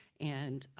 and